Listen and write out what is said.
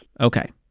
Okay